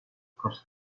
across